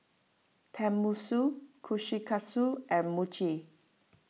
Tenmusu Kushikatsu and Mochi